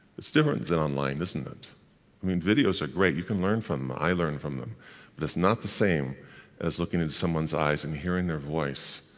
it's different than online, isn't it? i mean videos are great, you can learn from them i learn from them but it's not the same as looking into someone's eyes and hearing their voice.